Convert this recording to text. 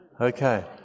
Okay